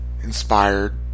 inspired